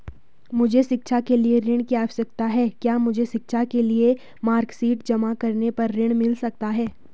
मुझे शिक्षा के लिए ऋण की आवश्यकता है क्या मुझे शिक्षा के लिए मार्कशीट जमा करने पर ऋण मिल सकता है?